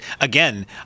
again